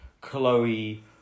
Chloe